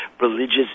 religious